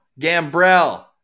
Gambrell